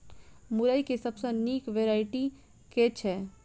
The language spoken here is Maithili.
मुरई केँ सबसँ निक वैरायटी केँ छै?